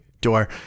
door